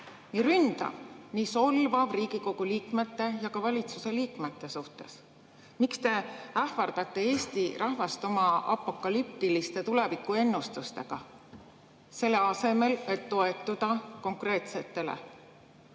nii ründav, nii solvav Riigikogu liikmete ja ka valitsuse liikmete suhtes. Miks te ähvardate Eesti rahvast oma apokalüptiliste tulevikuennustustega, selle asemel et toetuda konkreetsetele